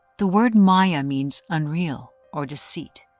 the word maya means unreal or deceit.